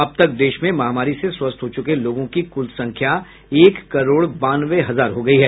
अब तक देश में महामारी से स्वस्थ हो चुके लोगों की कुल संख्या एक करोड़ बानवे हजार हो गई है